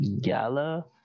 gala